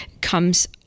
comes